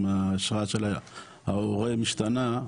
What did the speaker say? אם האשרה של ההורה משתנה,